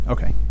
Okay